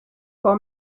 for